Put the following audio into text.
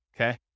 Okay